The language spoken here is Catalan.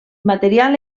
material